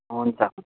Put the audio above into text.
हुन्छ